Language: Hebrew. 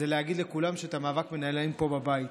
זה להגיד לכולם שאת המאבק מנהלים פה בבית.